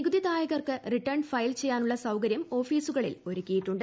നികുതിദായകർക്ക് return file ചെയ്യാനുള്ള സൌകര്യം ഓഫീസുകളിൽ ഒരുക്കിയിട്ടുണ്ട്